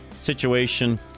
situation